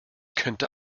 könnte